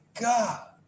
God